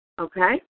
Okay